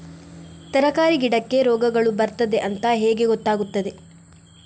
ತರಕಾರಿ ಗಿಡಕ್ಕೆ ರೋಗಗಳು ಬರ್ತದೆ ಅಂತ ಹೇಗೆ ಗೊತ್ತಾಗುತ್ತದೆ?